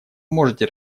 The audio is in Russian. можете